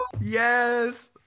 Yes